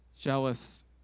jealous